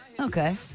Okay